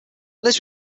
liz